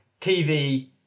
TV